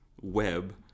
Web